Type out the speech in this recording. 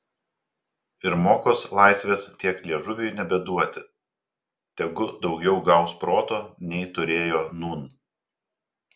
ir mokos laisvės tiek liežuviui nebeduoti tegu daugiau gaus proto nei turėjo nūn